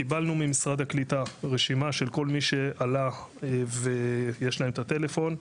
קיבלנו ממשרד הקליטה רשימה של כל מי שעלה ויש להם את הטלפון.